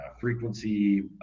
frequency